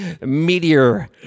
meteor